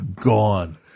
gone